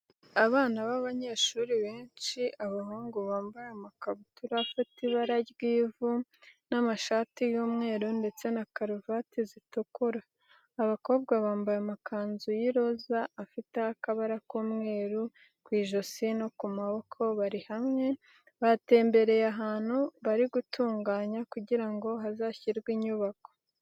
Abana b'abanyeshuri benshi abahungu bambaye amakabutura afite ibara ry'ivu n'amashati y'umweru ndetse na karuvati zitukura, abakobwa bambaye amakanzu y'iroza afiteho akabara k'umweru ku ijosi no ku maboko bari hamwe batembereye ahantu bari gutunganya kugira ngo hazashyirwe inyubako.